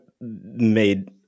made